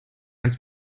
ganz